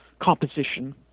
composition